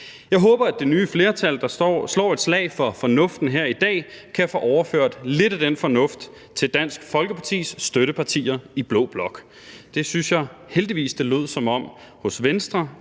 Jeg håber, at det nye flertal, der slår et slag for fornuften her i dag, kan få overført lidt af den fornuft til Dansk Folkepartis støttepartier i blå blok. Jeg synes heldigvis, det hos Venstre